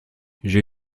j’ai